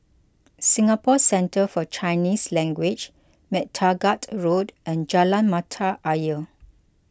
Singapore Centre for Chinese Language MacTaggart Road and Jalan Mata Ayer